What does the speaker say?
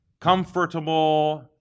comfortable